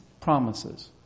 promises